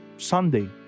Sunday